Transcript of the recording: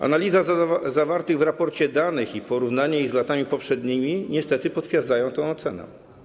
Analiza zawartych w raporcie danych i porównanie ich z latami poprzednimi niestety potwierdzają tę ocenę.